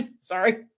Sorry